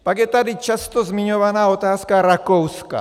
Pak je tady často zmiňovaná otázka Rakouska.